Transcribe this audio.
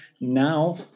now